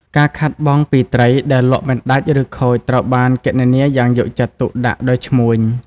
ការខាតបង់ ពីត្រីដែលលក់មិនដាច់ឬខូចត្រូវបានគណនាយ៉ាងយកចិត្តទុកដាក់ដោយឈ្មួញ។